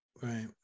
right